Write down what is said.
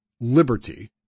liberty